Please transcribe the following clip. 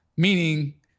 Meaning